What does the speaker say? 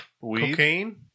Cocaine